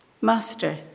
Master